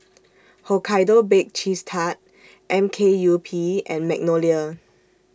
Hokkaido Baked Cheese Tart M K U P and Magnolia